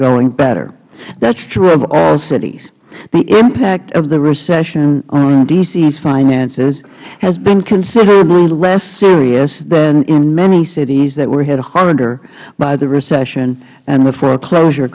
going better that's true of all cities the impact of the recession on d c s finances has been considerably less serious than in many cities that were hit harder by the recession and the foreclosure